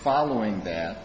following that